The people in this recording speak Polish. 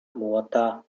młota